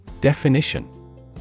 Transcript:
Definition